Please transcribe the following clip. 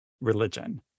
religion